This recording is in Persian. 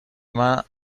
مار